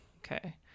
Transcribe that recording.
Okay